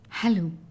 Hello